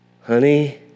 honey